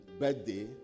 birthday